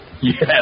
Yes